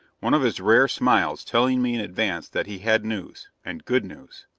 one of his rare smiles telling me in advance that he had news and good news.